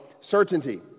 certainty